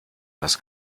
das